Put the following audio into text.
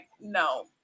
no